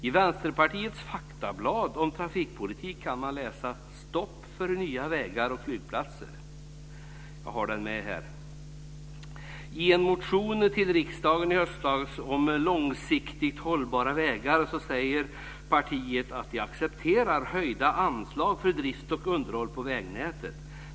I Vänsterpartiets faktablad om trafikpolitik kan man läsa "stopp för nya vägar och flygplatser". Jag har faktabladet med här. I en motion till riksdagen i höstas om långsiktigt hållbara vägar säger partiet att det accepterar höjda anslag för drift och underhåll på vägnätet.